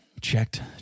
Checked